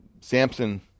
Samson